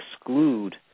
exclude